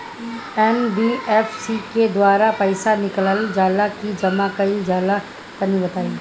NBFC के द्वारा पईसा निकालल जला की जमा कइल जला तनि बताई?